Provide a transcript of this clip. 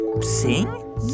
sing